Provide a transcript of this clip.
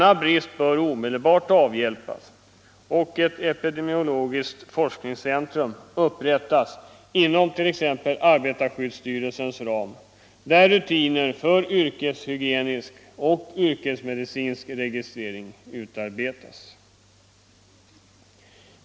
Sådan forskning bör omedelbart främjas och ett epidemiologiskt forskningscentrum upprättas inom t.ex. arbetarskyddsstyrelsens ram, där rutiner för yrkeshygienisk och yrkesmedicinsk registrering utarbetas.